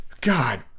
God